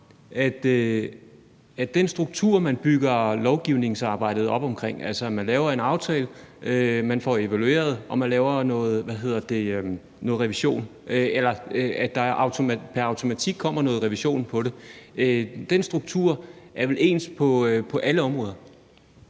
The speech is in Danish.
at den struktur, man bygger lovgivningsarbejdet op omkring, altså at man laver en aftale, at man får evalueret, og at der pr. automatik kommer noget revision på det, vel er ens på alle områder.